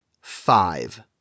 Five